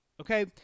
Okay